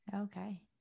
Okay